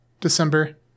December